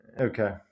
Okay